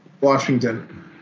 Washington